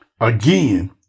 Again